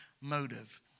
motive